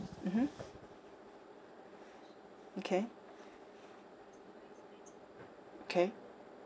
mmhmm okay K